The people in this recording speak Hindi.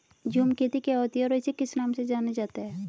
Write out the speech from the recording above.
झूम खेती क्या होती है इसे और किस नाम से जाना जाता है?